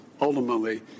ultimately